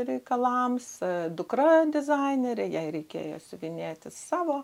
reikalams dukra dizainerė jai reikėjo siuvinėti savo